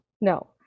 no